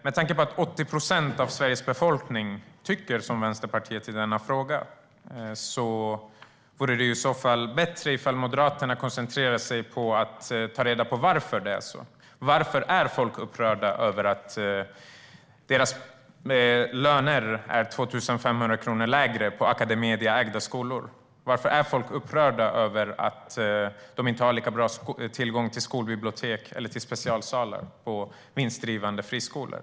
Med tanke på att 80 procent av Sveriges befolkning tycker som Vänsterpartiet i denna fråga vore det bättre ifall Moderaterna koncentrerade sig på att ta reda på varför det är så, varför folk är upprörda över att deras löner är 2 500 kronor lägre på Academediaägda skolor, varför folk är upprörda över att de inte har tillgång till skolbibliotek eller specialsalar på vinstdrivande friskolor.